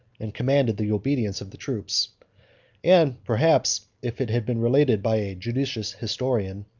and commanded the obedience of the troops and perhaps, if it had been related by a judicious historian,